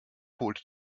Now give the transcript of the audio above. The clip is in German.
holte